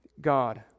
God